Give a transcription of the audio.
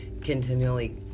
continually